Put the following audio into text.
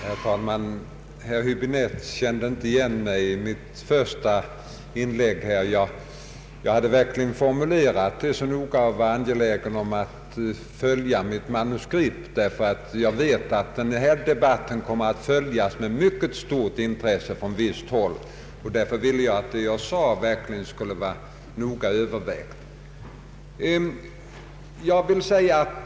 Herr talman! Herr Hibinette kände inte igen mig i mitt första inlägg. Jag hade verkligen formulerat det noga och var angelägen om att följa mitt manuskript, ty jag vet att den här debatten kommer att följas med mycket stort intresse från visst håll. Därför vill jag att det jag sade verkligen skulle vara noga övervägt.